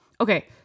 Okay